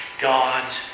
God's